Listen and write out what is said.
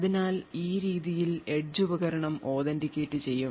അതിനാൽ ഈ രീതിയിൽ എഡ്ജ് ഉപകരണം authenticate ചെയ്യും